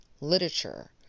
literature